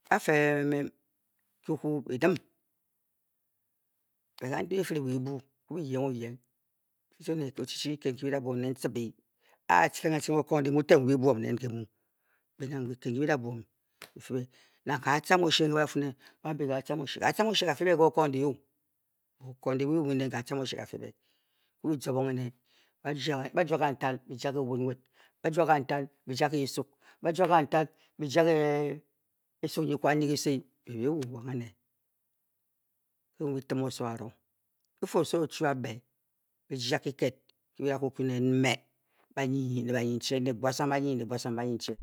A fe nki kwu byi dim be kantik bi fire wa ebu byi kwu byi-yeng o yeng byi fii lo ne ochi chi kiked nki byi da bwom nen teip e e-a a tciring atciring okundi mu ten mu, be nang kiked nki byi da bwom ki fii be. Nang ka atcang oshie nke ba da-fuu nen ba a bi kaatam oshie kaatcam oshie ka-fii be ke okundi okundi mu byi muu nen ka atcam oshie ka-fii be byi mu bi zobong ene ba ji, ba jua kantan byi jaa ke obud nwed ba jua kantan byi jaa ke esuk ba jua kantan byi esuk nyi kwan nyi kisi be byi wa owang ene nke byi muu tiim oso arang byi fuu oso o-chuap be byi jya kiked nki byi da kwu kwuju nen mme banyi nyi ne banyinyi ne buasung banyicheng